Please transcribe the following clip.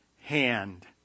hand